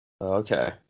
okay